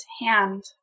hand